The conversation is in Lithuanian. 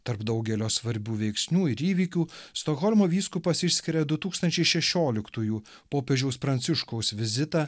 tarp daugelio svarbių veiksnių ir įvykių stokholmo vyskupas išskiria du tūkstančiai šešioliktųjų popiežiaus pranciškaus vizitą